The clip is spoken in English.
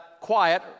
quiet